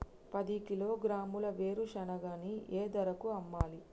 పది కిలోగ్రాముల వేరుశనగని ఏ ధరకు అమ్మాలి?